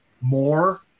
more